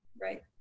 Right